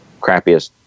crappiest